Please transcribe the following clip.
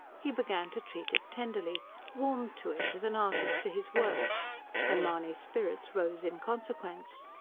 he began to treat it tenderly warmed to it, as an artist to his work and mahony's spirits rose in consequence.